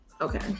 okay